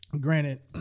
granted